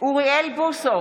אוריאל בוסו,